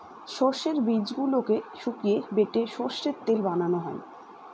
সর্ষের বীজগুলোকে শুকিয়ে বেটে সর্ষের তেল বানানো হয়